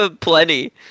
plenty